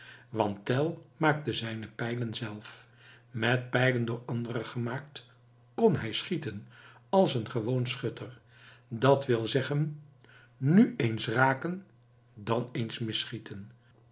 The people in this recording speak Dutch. want tell maakte zijne pijlen zelf met pijlen door anderen gemaakt kon hij schieten als een gewoon schutter dat wil zeggen nu eens raken dan eens misschieten